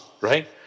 right